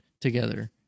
together